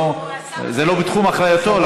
זה לא בתחום אחריותו,